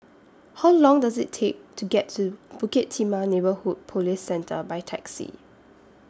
How Long Does IT Take to get to Bukit Timah Neighbourhood Police Centre By Taxi